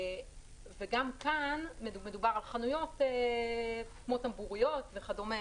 גם כאן מדובר על חנויות כמו טמבוריות וכדומה.